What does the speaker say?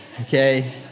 okay